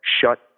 Shut